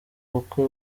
bukwe